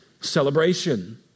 celebration